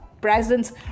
presence